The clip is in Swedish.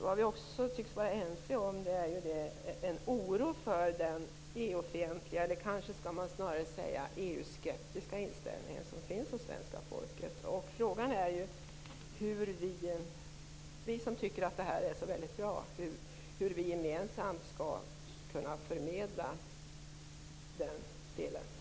Vad vi också tycks vara ense om är oron för den EU-skeptiska inställningen som finns hos svenska folket. Frågan är hur vi som tycker att EU medlemskapet är så väldigt bra gemensamt skall kunna förmedla vårt budskap.